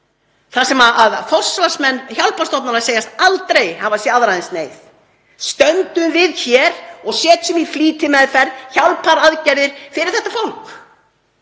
þar sem forsvarsmenn hjálparstofnana segjast aldrei hafa séð aðra eins neyð, stöndum við þá hér og setjum í flýtimeðferð hjálparaðgerðir fyrir þetta fólk?